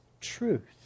truth